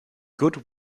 good